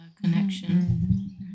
connection